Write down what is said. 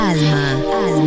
Alma